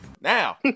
Now